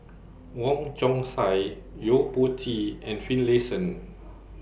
Wong Chong Sai Yo Po Tee and Finlayson